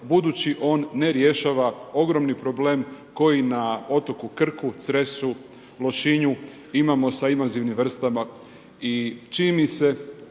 budući on ne rješava ogromni problem koji na otoku Krku, Cresu, Lošinju imamo sa invazivnim vrstama